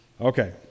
Okay